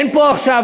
אין פה עכשיו,